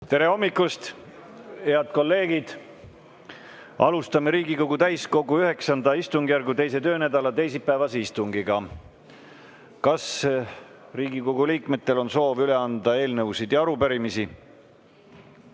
Tere hommikust, head kolleegid! Alustame Riigikogu täiskogu IX istungjärgu 2. töönädala teisipäevast istungit. Kas Riigikogu liikmetel on soovi üle anda eelnõusid ja arupärimisi?